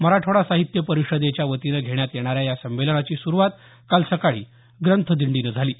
मराठवाडा साहित्य परिषदेच्या वतीनं घेण्यात येणाऱ्या या संमेलनाची सुरवात काल सकाळी ग्रंथ दिंडीनं झाली